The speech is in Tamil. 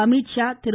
அமித்ஷா திரு